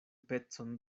pecon